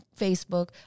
Facebook